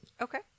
Okay